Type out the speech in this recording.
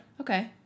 Okay